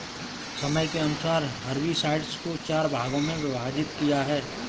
समय के अनुसार हर्बिसाइड्स को चार भागों मे विभाजित किया है